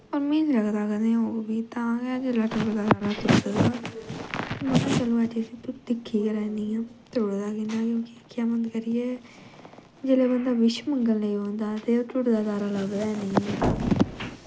और मीं नी लगदा होग बी तां गा जिसलै टुटदा तारा दिक्खी गै लैन्नी आं टुटदा कियां ऐ अक्खियां बंद करियै जिसलै बंदा बिश मंगन लगी पौंदा ते ओह् टुटदा तारा लभदा गै नी ऐ